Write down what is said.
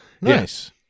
Nice